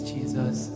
Jesus